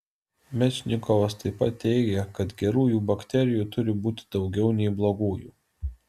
mečnikovas taip pat teigė kad gerųjų bakterijų turi būti daugiau nei blogųjų